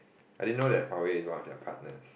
I didn't know that Huawei is one of their partners